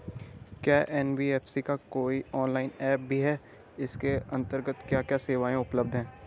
क्या एन.बी.एफ.सी का कोई ऑनलाइन ऐप भी है इसके अन्तर्गत क्या क्या सेवाएँ उपलब्ध हैं?